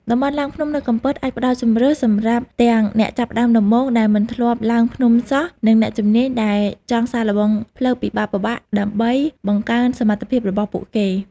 តំបន់ឡើងភ្នំនៅកំពតអាចផ្ដល់ជម្រើសសម្រាប់ទាំងអ្នកចាប់ផ្តើមដំបូងដែលមិនធ្លាប់ឡើងភ្នំសោះ និងអ្នកជំនាញដែលចង់សាកល្បងផ្លូវពិបាកៗដើម្បីបង្កើនសមត្ថភាពរបស់ពួកគេ។